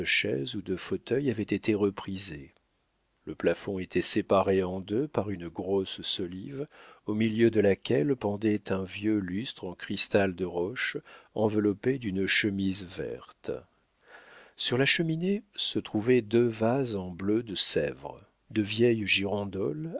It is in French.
ou de fauteuils avaient été reprisés le plafond était séparé en deux par une grosse solive au milieu de laquelle pendait un vieux lustre en cristal de roche enveloppé d'une chemise verte sur la cheminée se trouvaient deux vases en bleu de sèvres de vieilles girandoles